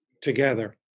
together